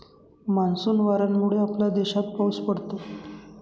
monsoon वाऱ्यांमुळे आपल्या देशात पाऊस पडतो